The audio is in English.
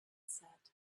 said